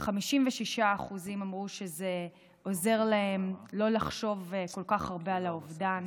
56% אמרו שזה עוזר להם לא לחשוב כל כך הרבה על האובדן,